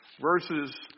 verses